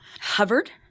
hovered